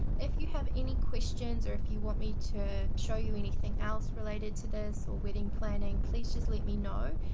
if you have any questions or if you want me to show you anything else related to this, or wedding planning, please just let me know.